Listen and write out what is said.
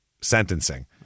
sentencing